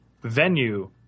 venue